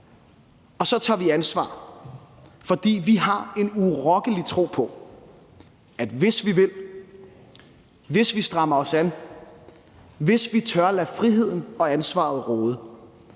Og så tager vi ansvar, fordi vi har en urokkelig tro på, at hvis vi vil, hvis vi strammer os an, hvis vi tør lade friheden og ansvaret råde,